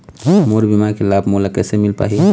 मोर बीमा के लाभ मोला कैसे मिल पाही?